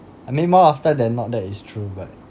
I mean more often than not that is true but